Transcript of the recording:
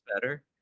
better